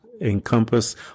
encompass